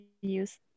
use